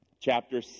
chapter